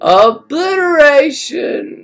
obliteration